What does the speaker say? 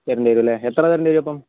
തരേണ്ടി വരും അല്ലേ എത്ര തരേണ്ടി വരും അപ്പം